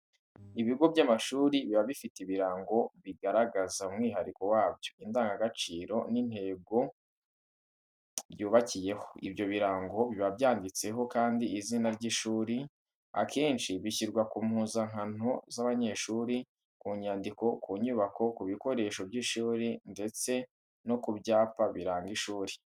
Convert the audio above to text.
Ibigo by'amashuri biba bifite ibirango bigaragaza umwihariko wabyo, indangagaciro n'intego byubakiyeho. Ibyo birango biba byanditseho kandi izina ry'ishuri, akenshi bishyirwa ku mpuzankano z'abanyeshuri, ku nyandiko, ku nyubako, ku bikoresho by'ishuri ndetse no ku byapa biranga ishuri.